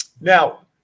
now